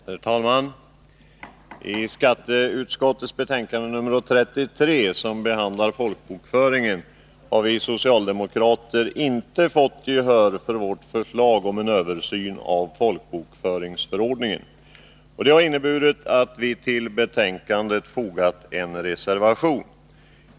Herr talman! I skatteutskottets betänkande nr 33, som behandlar folkbokföringen, har vi socialdemokrater inte fått gehör för vårt förslag om en översyn av folkbokföringsförordningen. Det har inneburit att vi till betänkandet har fogat en reservation.